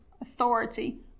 authority